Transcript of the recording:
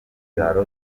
byaro